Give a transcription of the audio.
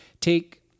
take